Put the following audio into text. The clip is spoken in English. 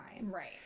right